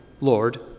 Lord